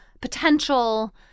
potential